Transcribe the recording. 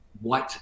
white